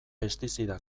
pestizida